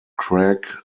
craig